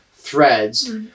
threads